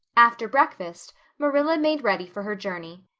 after breakfast marilla made ready for her journey.